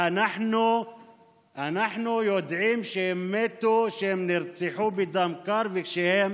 ואנחנו יודעים שהם מתו, שהם נרצחו בדם קר כשהם